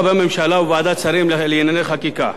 בממשלה ובוועדת שרים לענייני חקיקה.